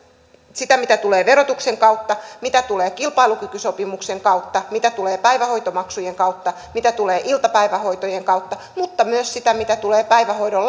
sitä mitä tulee verotuksen kautta mitä tulee kilpailukykysopimuksen kautta mitä tulee päivähoitomaksujen kautta mitä tulee iltapäivähoitojen kautta että myös sitä mitä tulee päivähoidon